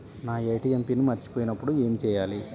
నా ATM pin మర్చిపోయినప్పుడు ఏమి చేయాలి?